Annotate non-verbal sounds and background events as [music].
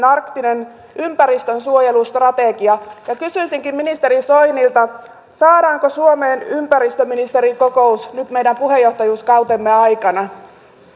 [unintelligible] arktinen ympäristönsuojelustrategia kysyisinkin ministeri soinilta saadaanko suomeen ympäristöministerikokous nyt meidän puheenjohtajuuskautemme aikana